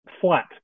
Flat